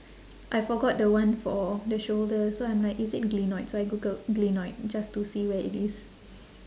I forget the one for the shoulder so I'm like is it glenoid so I googled glenoid just to see where it is